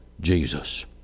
Jesus